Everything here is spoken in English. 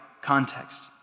context